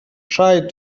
tried